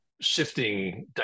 shifting